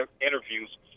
interviews